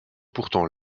pourtant